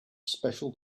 special